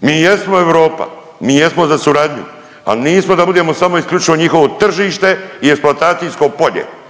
Mi jesmo Europa, mi jesmo za suradnju ali nismo da budemo samo i isključivo njihovo tržište i eksploatacijsko polje.